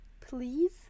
Please